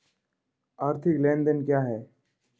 आर्थिक लेनदेन क्या है?